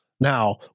Now